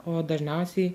o dažniausiai